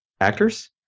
actors